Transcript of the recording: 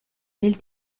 del